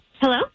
Hello